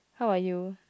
how about you